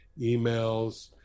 emails